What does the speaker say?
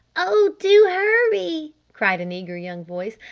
oh, do hurry! cried an eager young voice.